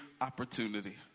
opportunity